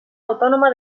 autònoma